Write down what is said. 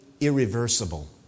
irreversible